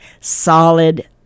solid